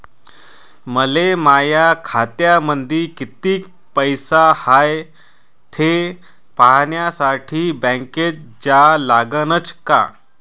मले माया खात्यामंदी कितीक पैसा हाय थे पायन्यासाठी बँकेत जा लागनच का?